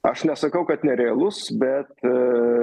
aš nesakau kad nerealus bet